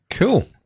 Cool